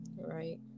Right